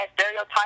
stereotype